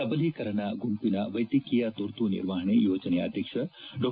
ಸಬಲೀಕರಣ ಗುಂಪಿನ ವೈದ್ಯಕೀಯ ತುರ್ತು ನಿರ್ವಹಣೆ ಯೋಜನೆಯ ಅಧ್ಯಕ್ಷ ಡಾ